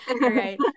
right